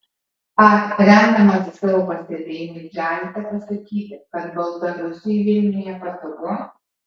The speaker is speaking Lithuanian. ar remdamasis savo pastebėjimais galite pasakyti kad baltarusiui vilniuje patogu